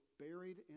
buried